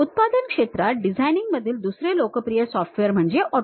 उत्पादन क्षेत्रात डिझायनिंगमधील दुसरे लोकप्रिय सॉफ्टवेअर म्हणजे AutoCAD